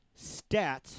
stats